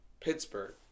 Pittsburgh